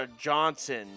Johnson